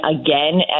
again